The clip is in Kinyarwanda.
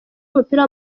w’umupira